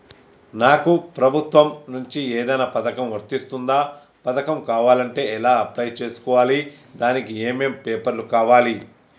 నాకు ప్రభుత్వం నుంచి ఏదైనా పథకం వర్తిస్తుందా? పథకం కావాలంటే ఎలా అప్లై చేసుకోవాలి? దానికి ఏమేం పేపర్లు కావాలి?